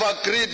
agreed